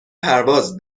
پرواز